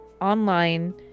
online